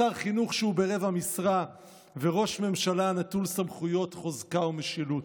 שר חינוך שהוא ברבע משרה וראש ממשלה נטול סמכויות חוזקה ומשילות,